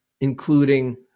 including